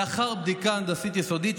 לאחר בדיקה הנדסית יסודית,